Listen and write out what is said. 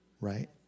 right